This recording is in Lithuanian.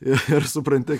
ir ir supranti